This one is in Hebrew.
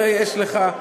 הרי יש לך,